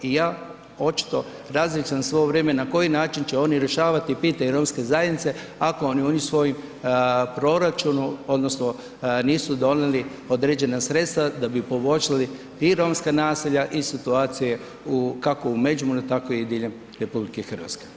I ja očito razmišljam sve ovo vrijeme na koji način će oni rješavati pitanje romske zajednice, ako oni u svojem proračunu odnosno nisu donijeli određena sredstva da bi poboljšali i romska naselja i situacije u, kako u Međimurju tako i diljem RH.